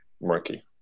murky